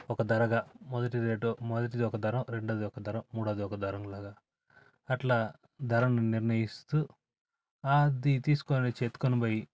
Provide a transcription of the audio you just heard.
ఒక ధరగా మొదటి రేటు మొదటిది ఒక ధర రెండవది ఒక ధర మూడవది ఒక ధర లాగా అట్లా ధరని నిర్ణయిస్తూ అది తీసుకొని వచ్చి ఎత్తుకొనిపోయి